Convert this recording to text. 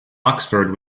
oxford